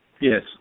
Yes